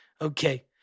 Okay